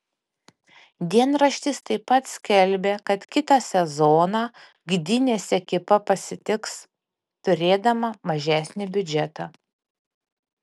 dienraštis taip pat skelbia kad kitą sezoną gdynės ekipa pasitiks turėdama mažesnį biudžetą